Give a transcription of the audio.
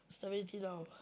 strawberry tea now